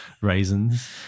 raisins